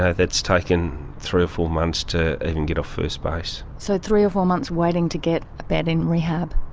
yeah that's taken three or four months to even even get off first base. so three or four months waiting to get a bed in rehab?